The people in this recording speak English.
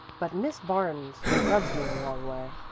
but miss barnes rubs me the wrong way.